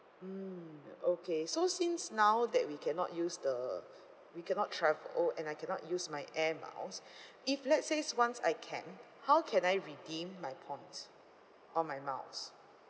mm okay so since now that we cannot use the we cannot travel and I cannot use my air miles if let's says once I can how can I redeem my points or my miles